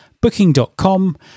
Booking.com